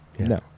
No